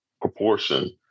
proportion